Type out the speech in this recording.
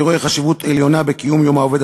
אני רואה חשיבות עליונה בקיום יום העובד